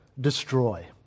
destroy